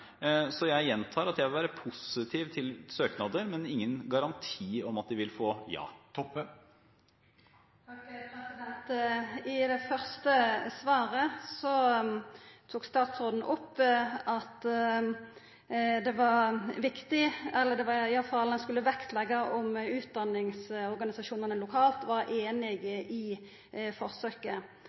Så jeg gjentar at jeg vil være positiv til søknader, men gir ingen garanti om at de vil få ja. I det første svaret tok statsråden opp at det var viktig – eller han skulle iallfall vektleggja – om utdanningsorganisasjonane lokalt var einige i forsøket.